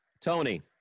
Tony